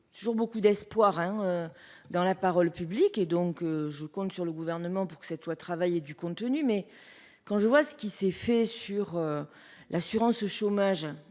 toujours beaucoup d'espoir hein. Dans la parole publique et donc je compte sur le gouvernement pour que cette loi travailler du contenu mais quand je vois ce qui s'est fait sur. L'assurance chômage